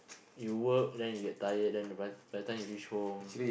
you work then you get tired then by by the time you reach home